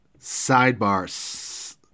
sidebar